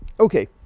okay.